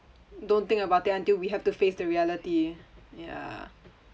don't think about it until we have to face the reality ya